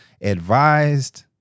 advised